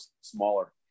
smaller